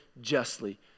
justly